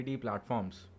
platforms